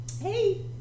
Hey